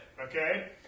Okay